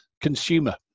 consumer